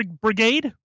brigade